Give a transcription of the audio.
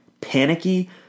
Panicky